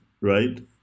right